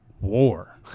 war